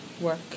work